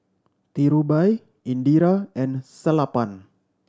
Dhirubhai Indira and Sellapan